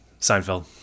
Seinfeld